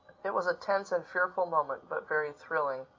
it was a tense and fearful moment but very thrilling.